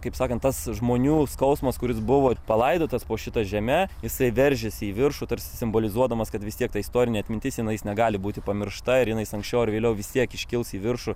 kaip sakant tas žmonių skausmas kuris buvo palaidotas po šita žeme jisai veržiasi į viršų tarsi simbolizuodamas kad vis tiek ta istorinė atmintis jinai jis negali būti pamiršta ir jinais anksčiau ar vėliau vis tiek iškils į viršų